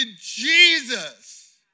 Jesus